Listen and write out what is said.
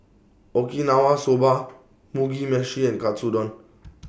Okinawa Soba Mugi Meshi and Katsudon